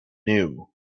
new